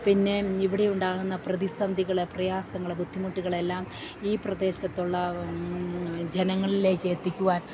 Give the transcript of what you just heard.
പിന്നെ ഇവിടെ ഉണ്ടാകുന്ന പ്രതിസന്ധികൾ പ്രയാസങ്ങൾ ബുദ്ധിമുട്ടുകളെല്ലാം ഈ പ്രദേശത്തുള്ള ജനങ്ങളിലേക്ക് എത്തിക്കുവാൻ